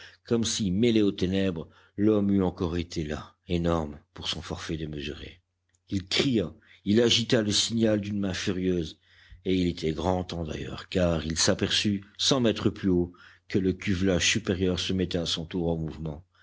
comme si mêlé aux ténèbres l'homme eût encore été là énorme pour son forfait démesuré il cria il agita le signal d'une main furieuse et il était grand temps d'ailleurs car il s'aperçut cent mètres plus haut que le cuvelage supérieur se mettait à son tour en mouvement